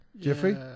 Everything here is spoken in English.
Jeffrey